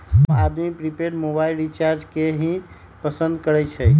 आम आदमी prepaid mobile recharge के ही पसंद करई छई